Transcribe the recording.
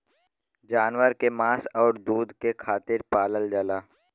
जानवर के मांस आउर दूध के खातिर पालल जाला